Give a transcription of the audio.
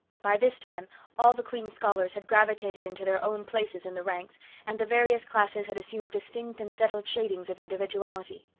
by this time all the queen's scholars had gravitated into their own places in the ranks and the various classes had assumed distinct and settled shadings of individuality.